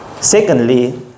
Secondly